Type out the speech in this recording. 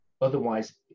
Otherwise